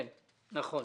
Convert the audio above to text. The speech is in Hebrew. נכון.